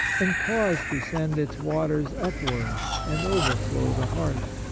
and cause to send its waters upwards and overflow the heart.